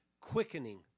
quickening